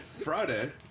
Friday